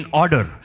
order